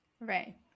Right